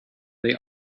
they